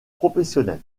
professionnel